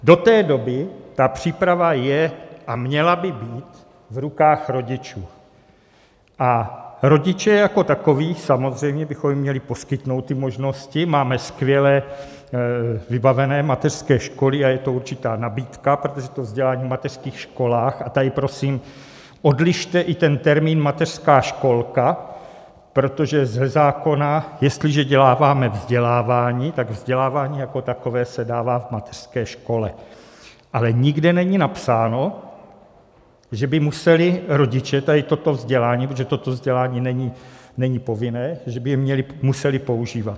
Do té doby ta příprava je a měla by být v rukách rodičů a rodiče jako takoví samozřejmě bychom jim měli poskytnout ty možnosti, máme skvěle vybavené mateřské školy a je to určitá nabídka, protože vzdělání v mateřských školách a tady prosím odlište i ten termín mateřská školka, protože ze zákona, jestliže dáváme vzdělávání, tak vzdělávání jako takové se dává v mateřské škole ale nikde není napsáno, že by museli rodiče tady toto vzdělání, protože toto vzdělání není povinné, že by je museli používat.